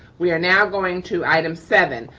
we are now going to item seven.